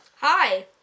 Hi